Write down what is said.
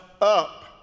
up